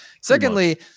Secondly